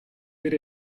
did